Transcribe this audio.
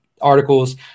articles